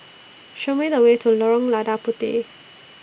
Show Me The Way to Lorong Lada Puteh